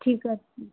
ठीकु आहे